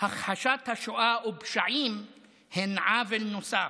הכחשת השואה ופשעים היא עוול נוסף.